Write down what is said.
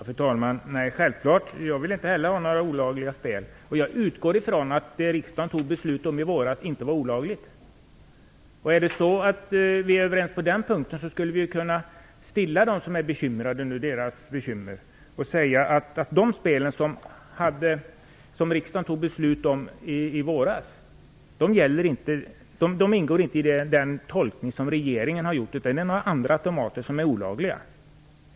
Fru talman! Jag vill självfallet inte heller ha några olagliga spel. Jag utgår ifrån att det som riksdagen fattade beslut om i våras inte var olagligt. Är vi överens på den punkten skulle vi kunna stilla oron hos dem som nu är bekymrade och säga att de spel som riksdagen beslutade om i våras inte ingår i den tolkning som regeringen har gjort utan att det är några andra automater som är olagliga.